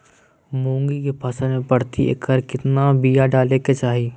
मूंग की फसल में प्रति एकड़ कितना बिया डाले के चाही?